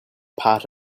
part